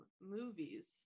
Movies